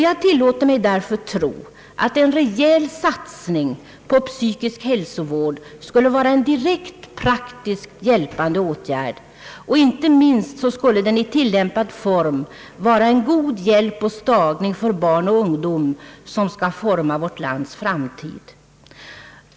Jag tillåter mig därför tro att en reell satsning på psykisk hälsovård skulle vara en direkt praktiskt hjälpande åtgärd, och inte minst skulle den i tillämpad form vara en god hjälp för barn och ungdom som skall forma vårt lands framtid.